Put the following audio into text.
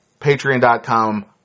Patreon.com